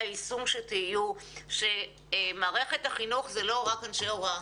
היישום שיהיו היא שמערכת החינוך היא לא רק אנשי הוראה